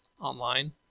online